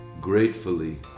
gratefully